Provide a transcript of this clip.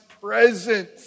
presence